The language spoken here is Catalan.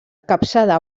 capçada